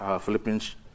Philippians